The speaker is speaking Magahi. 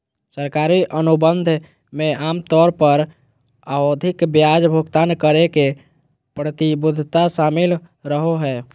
सरकारी अनुबंध मे आमतौर पर आवधिक ब्याज भुगतान करे के प्रतिबद्धता शामिल रहो हय